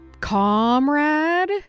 comrade